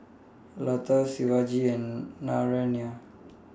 Lata Shivaji and Naraina